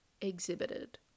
exhibited